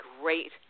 great